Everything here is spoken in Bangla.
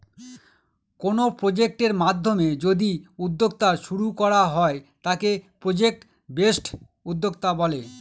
কোনো প্রজেক্টের মাধ্যমে যদি উদ্যোক্তা শুরু করা হয় তাকে প্রজেক্ট বেসড উদ্যোক্তা বলে